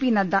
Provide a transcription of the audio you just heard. P Nadda